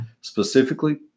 specifically